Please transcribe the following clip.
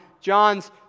John's